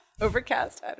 Overcast